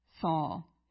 Saul